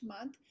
month